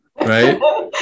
right